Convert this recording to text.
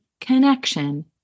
connection